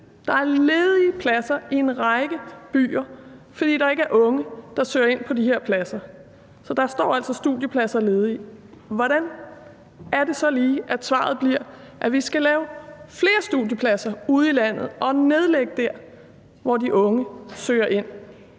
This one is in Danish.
Der er ledige pladser i en række byer, fordi der ikke er unge, der søger ind på de her pladser. Så der er altså ledige studiepladser. Hvordan er det så lige, at svaret bliver, at vi skal lave flere studiepladser ude i landet og nedlægge dem der, hvor de unge søger ind?